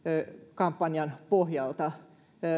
kampanjan pohjalta